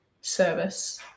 service